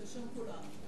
בשם כולנו.